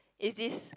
is this